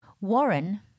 Warren